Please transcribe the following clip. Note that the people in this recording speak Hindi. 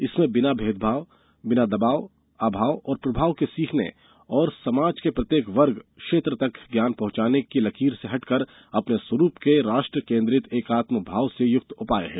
इसमें बिना दबाव अभाव और प्रभाव के सीखने और समाज के प्रत्येक वर्ग क्षेत्र तक ज्ञान पहुँचाने का लकीर से हटकर अपने स्वरूप में राष्ट्र केन्द्रित एकात्म भाव से युक्त उपाय है